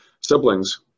siblings